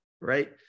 Right